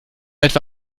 etwa